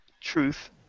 Truth